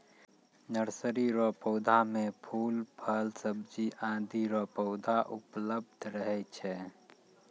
nursery रो पौधा मे फूल, फल, सब्जी आदि रो पौधा उपलब्ध रहै छै